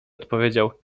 odpowiedział